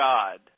God